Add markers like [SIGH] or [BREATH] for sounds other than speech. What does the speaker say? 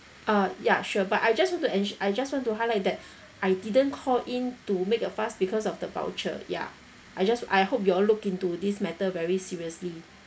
uh ya sure but I just want to ens~ I just want to highlight that [BREATH] I didn't call in to make a fuss because of the voucher ya I just I hope you all look into this matter very seriously